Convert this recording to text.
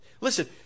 Listen